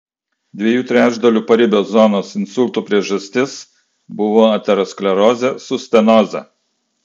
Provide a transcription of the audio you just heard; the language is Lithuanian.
dviejų trečdalių paribio zonos insultų priežastis buvo aterosklerozė su stenoze